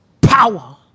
power